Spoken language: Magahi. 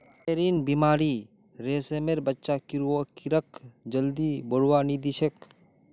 पेबरीन बीमारी रेशमेर बच्चा कीड़ाक जल्दी बढ़वा नी दिछेक